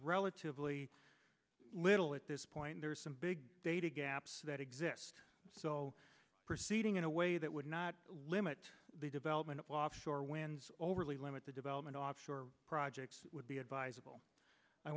relatively little at this point there are some big data gaps that exist so proceeding in a way that would not limit the development of offshore winds overly limit the development offshore projects would be advisable i